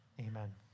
Amen